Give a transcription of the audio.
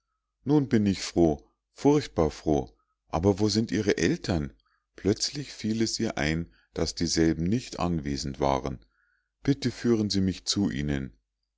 nun bin ich froh furchtbar froh aber wo sind ihre eltern plötzlich fiel es ihr ein daß dieselben nicht anwesend waren bitte führen sie mich zu ihnen